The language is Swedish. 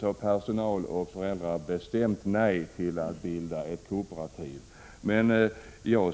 sade personal och föräldrar bestämt nej till att bilda ett kooperativ.